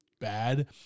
bad